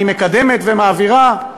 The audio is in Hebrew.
אני מקדמת ומעבירה,